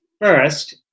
First